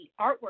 artwork